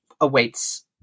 awaits